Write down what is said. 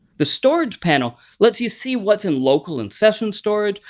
the storage panel lets you see what's in local and session storage,